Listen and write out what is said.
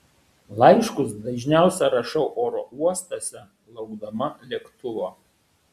laiškus dažniausiai rašau oro uostuose laukdama lėktuvo